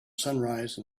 sunrise